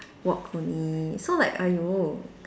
walk only so like !aiyo!